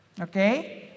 Okay